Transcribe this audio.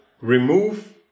remove